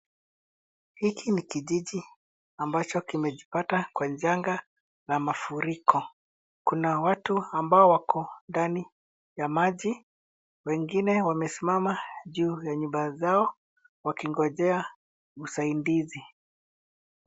Hiki ni kijiji ambacho kimejipata kwa janga la mafuriko. Kuna watu ambao wako ndani ya maji, wengine wamesimama juu ya nyumba zao wakingojea usaidizi.